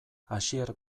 asier